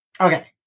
Okay